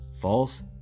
false